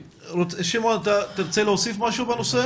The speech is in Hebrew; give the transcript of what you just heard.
שמעון, אתה תרצה להוסיף משהו בנושא?